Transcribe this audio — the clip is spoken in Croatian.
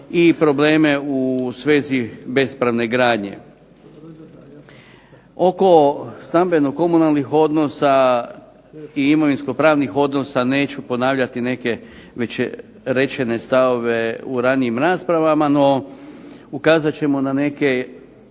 i probleme u svezi bespravne gradnje. Oko stambeno-komunalnih odnosa i imovinsko-pravnih odnosa neću ponavljati neke već rečene stavove u ranijim raspravama. No, ukazat ćemo na neke